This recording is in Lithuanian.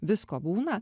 visko būna